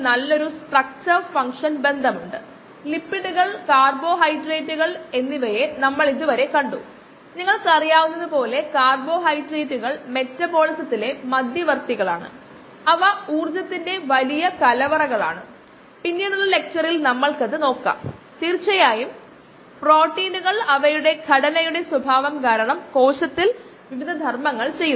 ഇപ്പോൾ നമ്മൾ ഇതിനെക്കുറിച്ച് എങ്ങനെ പോകും